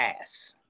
ass